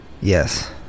yes